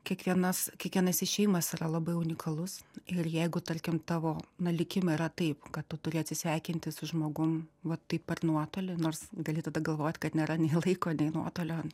kiekvienas kiekvienas išėjimas yra labai unikalus ir jeigu tarkim tavo na likime yra taip kad tu turi atsisveikinti su žmogum va taip per nuotolį nors gali tada pagalvot kad nėra nei laiko nei nuotolio